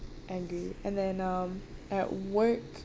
angry and then um at work